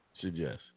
suggest